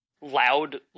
Loud